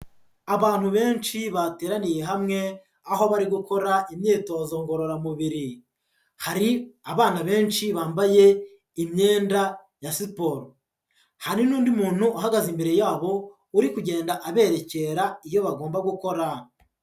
Abantu benshi bateraniye hamwe, aho bari gukora imyitozo ngororamubiri, hari abana benshi bambaye imyenda ya siporo, hari n'undi muntu uhagaze imbere yabo, uri kugenda aberekera iyo bagomba gukora.